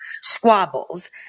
squabbles